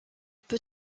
peut